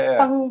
pang